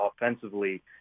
offensively